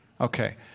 Okay